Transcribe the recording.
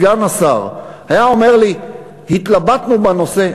סגן השר: התלבטנו בנושא.